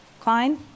Klein